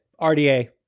RDA